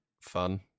fun